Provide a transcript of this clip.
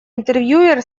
интервьюер